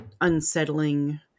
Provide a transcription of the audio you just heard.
unsettling